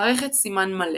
מערכת סימן-מלא